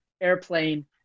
airplane